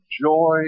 joy